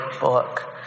book